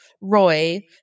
Roy